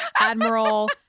admiral